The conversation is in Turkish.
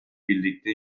birlikte